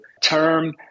term